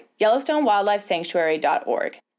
YellowstoneWildlifeSanctuary.org